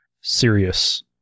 serious